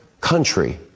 country